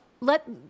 let